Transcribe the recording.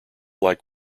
like